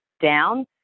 down